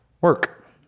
work